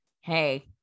Hey